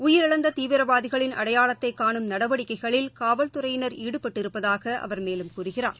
உயிரிழந்ததீவிரவாதிகளின் அடையாளத்தைகானும் நடவடிக்கைகளில் காவல்துறையினர் ஈடுபட்டிருப்பதாகஅவர் மேலும் கூறுகிறார்